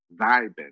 Vibing